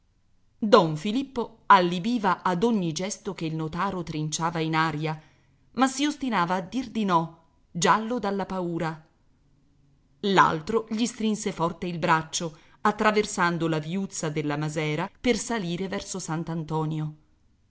discorrere sottovoce don filippo allibbiva ad ogni gesto che il notaro trinciava in aria ma si ostinava a dir di no giallo dalla paura l'altro gli strinse forte il braccio attraversando la viuzza della masera per salire verso